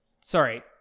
sorry